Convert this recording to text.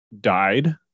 died